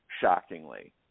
shockingly